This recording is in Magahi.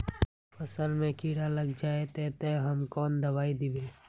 फसल में कीड़ा लग जाए ते, ते हम कौन दबाई दबे?